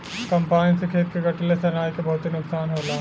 combine से खेत कटले से अनाज के बहुते नुकसान होला